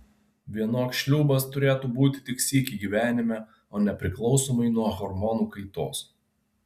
vienok šliūbas turėtų būti tik sykį gyvenime o ne priklausomai nuo hormonų kaitos